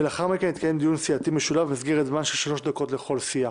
ולאחר מכן יתקיים דיון סיעתי משולב במסגרת זמן של שלוש דקות לכל סיעה.